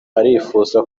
arifuza